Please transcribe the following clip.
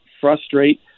frustrate